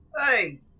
Hey